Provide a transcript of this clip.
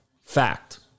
Fact